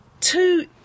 two